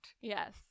Yes